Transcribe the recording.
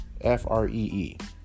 F-R-E-E